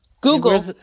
Google